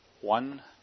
one